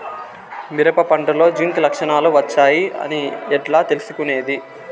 మిరప పంటలో జింక్ లక్షణాలు వచ్చాయి అని ఎట్లా తెలుసుకొనేది?